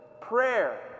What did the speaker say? prayer